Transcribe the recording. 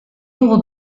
dugu